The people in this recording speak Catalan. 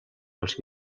els